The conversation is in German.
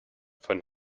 von